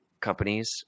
companies